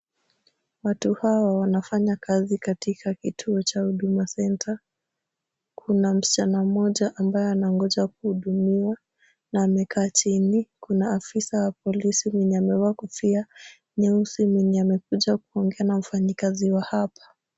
Watu hawa wanafanya kazi katika kituo cha huduma center . Kuna msichana mmoja ambaye anangoja kuhudumiwa na amekaa chini. Kuna afisa wa polisi mwenye amevaa kofia nyeusi mwenye amekuja kuongea na mfanyikazi wa hapa.